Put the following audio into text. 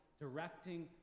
directing